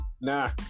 nah